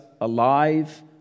alive